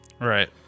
Right